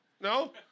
No